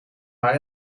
maar